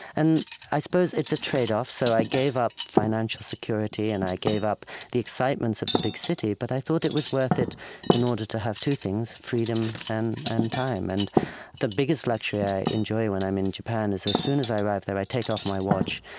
and i suppose it's a trade-off. so i gave up financial security, and i gave up the excitements of the big city. but i thought it was worth it in order to have two things, freedom and and time. and the biggest luxury i enjoy when i'm in japan is, as soon as i arrive there, i take off my watch,